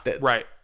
right